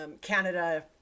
Canada